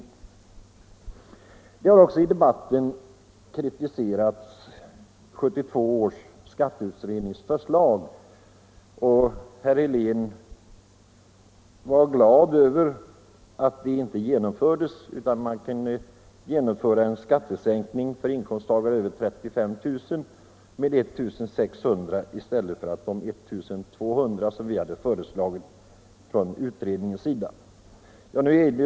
I debatten har också kritiserats 1972 års skatteutrednings förslag. Herr Helén var glad över att det inte genomfördes och att man kunde genomföra en skattesänkning för inkomsttagare med inkomster över 35 000 kr. med 1 600 kr. i stället för de 1 200 kr. som utredningen föreslagit.